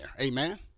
Amen